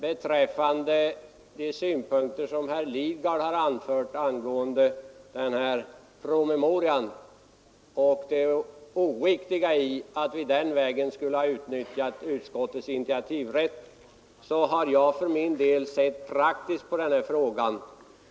Beträffande herr Lidgards synpunkter angående denna promemoria och det oriktiga i att den vägen utnyttja utskottets initiativrätt har jag för min del sett praktiskt på den frågan.